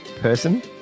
Person